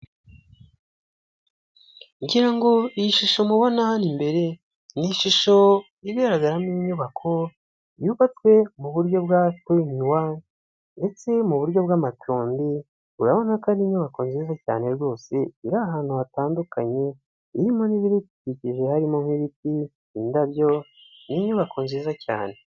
Ngira ngo iyi shusho mubona hano imbere, ni ishusho igaragara mo inyubako yubatswe mu buryo bwa tu ini wani, ndetse mu buryo bw'amacumbi, urabona ko ari inyubako nziza cyane rwose, iri ahantu hatandukanye, irimo n'ibidukikije harimo nk'ibiti, indabyo, ni inyubako nziza cyane.